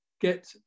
get